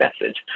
message